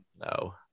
No